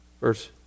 Verse